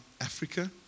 Africa